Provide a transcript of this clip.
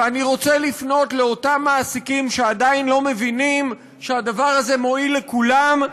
ואני רוצה לפנות לאותם מעסיקים שעדיין לא מבינים שהדבר הזה מועיל לכולם,